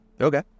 Okay